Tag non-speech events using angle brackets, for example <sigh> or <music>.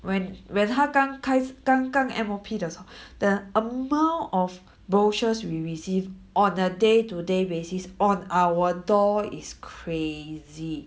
when when 她刚开刚跟 M_O_P 的时候 <breath> the amount of brochures we receive on a day to day basis on our door is crazy